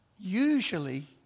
Usually